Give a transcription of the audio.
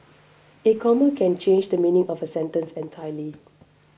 a comma can change the meaning of a sentence entirely